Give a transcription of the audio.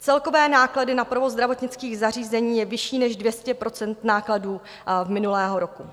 Celkové náklady na provoz zdravotnických zařízení je vyšší než 200 % nákladů z minulého roku.